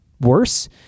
worse